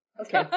Okay